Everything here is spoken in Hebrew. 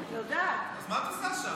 אז מה את עושה שם?